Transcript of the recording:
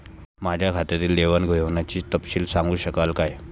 माझ्या खात्यातील देवाणघेवाणीचा तपशील सांगू शकाल काय?